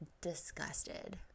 disgusted